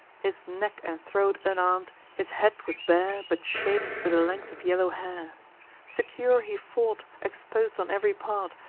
his neck and throat unarm'd, his head was bare, but shaded with a length of yellow hair secure, he fought, expos'd on ev'ry part,